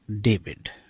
David